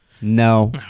No